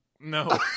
No